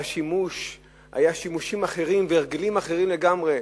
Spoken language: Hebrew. כשהשימושים היו שימושים אחרים וההרגלים היו אחרים לגמרי.